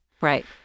Right